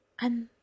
And